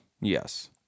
Yes